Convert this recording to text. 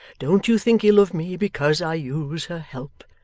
don't you think ill of me because i use her help.